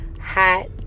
hot